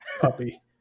puppy